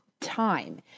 time